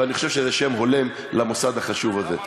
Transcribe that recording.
ואני חושב שזה שם הולם למוסד החשוב הזה,